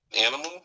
animal